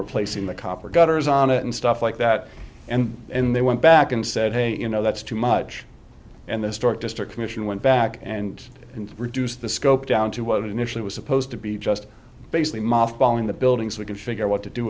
replacing the copper gutters on it and stuff like that and then they went back and said hey you know that's too much and they start district commission went back and reduce the scope down to what it initially was supposed to be just basically maf balling the buildings we can figure what to do